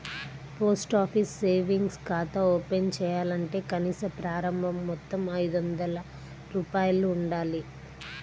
post office savings ఖాతా open చేయాలంటే కనీస ప్రారంభ మొత్తం ఐదొందల రూపాయలు ఉండాలి